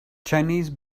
chinese